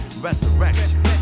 resurrection